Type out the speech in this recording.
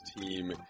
team